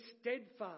steadfast